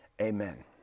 amen